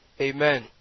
Amen